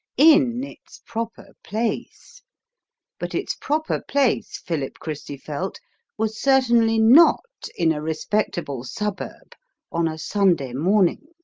in its proper place but its proper place philip christy felt was certainly not in a respectable suburb on a sunday morning.